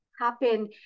happen